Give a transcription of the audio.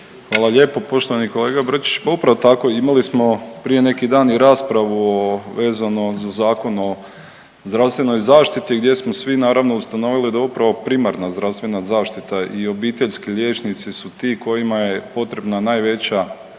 Hvala lijepo. Poštovani kolega Brčić, pa upravo tako imali smo prije neki i raspravu o, vezano za Zakon o zdravstvenoj zaštiti gdje smo svi naravno ustanovili da upravo primarna zdravstvena zaštita i obiteljski liječnici su ti kojima je potrebna najveća